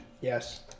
Yes